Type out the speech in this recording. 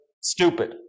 stupid